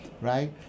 right